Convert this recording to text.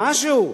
משהו,